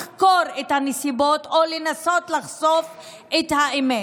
לחקור את הנסיבות או לנסות לחשוף את אמת.